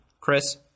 Chris